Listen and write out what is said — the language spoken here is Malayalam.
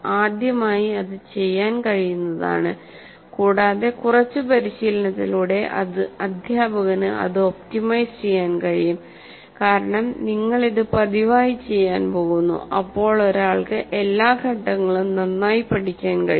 ആദ്യമായി അത് ചെയ്യാൻ കഴിയുന്നതാണ് കൂടാതെ കുറച്ച് പരിശീലനത്തിലൂടെ അധ്യാപകന് അത് ഒപ്റ്റിമൈസ് ചെയ്യാൻ കഴിയും കാരണം നിങ്ങൾ ഇത് പതിവായി ചെയ്യാൻ പോകുന്നു അപ്പോൾ ഒരാൾക്ക് എല്ലാ ഘട്ടങ്ങളും നന്നായി പഠിക്കാൻ കഴിയും